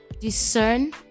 discern